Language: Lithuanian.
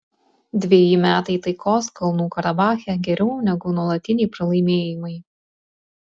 dveji metai taikos kalnų karabache geriau negu nuolatiniai pralaimėjimai